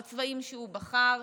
בצבעים שהוא בחר,